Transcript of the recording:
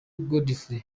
godfrey